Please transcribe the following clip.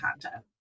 content